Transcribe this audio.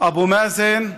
אבו מאזן,